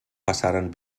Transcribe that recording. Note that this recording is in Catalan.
passaren